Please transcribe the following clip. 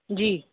जी